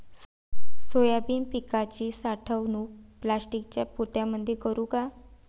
Soybean पिकाची साठवणूक प्लास्टिकच्या पोत्यामंदी करू का?